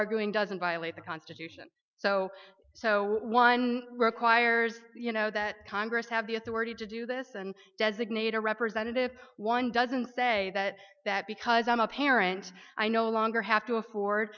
arguing doesn't violate the constitution so so one requires you know that congress have the authority to do this and designate a representative one doesn't say that that because i'm a parent i no longer have to afford